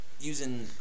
using